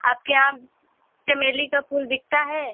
आपके यहाँ चमेली का फूल बिकता है